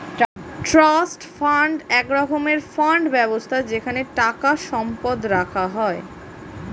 trust fund এক রকমের fund ব্যবস্থা যেখানে টাকা সম্পদ রাখা হয়